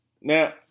Now